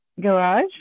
Garage